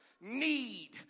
need